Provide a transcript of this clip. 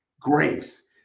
grace